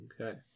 Okay